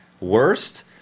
Worst